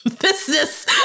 business